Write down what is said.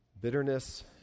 bitterness